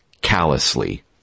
callously